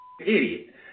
idiot